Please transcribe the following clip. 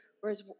whereas